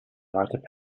without